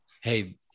hey